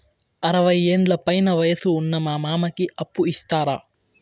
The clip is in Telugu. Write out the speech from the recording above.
అరవయ్యేండ్ల పైన వయసు ఉన్న మా మామకి అప్పు ఇస్తారా